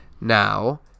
Now